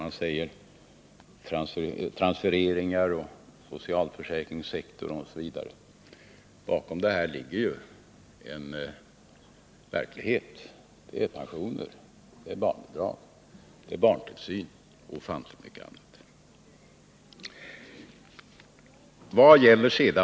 Man talar om transfereringar, socialförsäkringssektor osv. Bakom det ligger ju en verklighet — det är pensioner, sjukförsäkring, barnbidrag, barntillsyn och mycket annat.